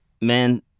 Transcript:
man